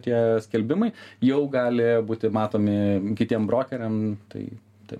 tie skelbimai jau gali būti matomi kitiem brokeriam tai taip